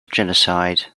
genocide